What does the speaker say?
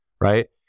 right